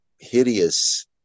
hideous